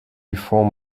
before